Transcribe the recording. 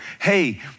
hey